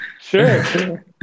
Sure